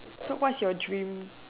so what's your dream